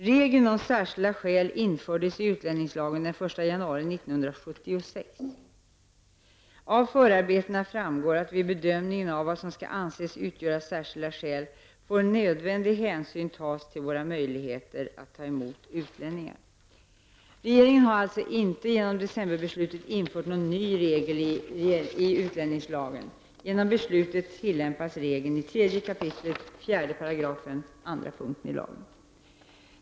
Regeln om särskilda skäl infördes i utlänningslagen den 1 januari 1976. Av förarbetena framgår att vid bedömningen av vad som skall anses utgöra särskilda skäl, får nödvändig hänsyn tas till våra möjligheter att ta emot utlänningar . Regeringen har alltså inte genom decemberbeslutet infört någon ny regel i utlänningslagen. Genom beslutet tillämpas regeln i 3 kap. 4 § andra punkten i lagen.